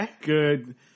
good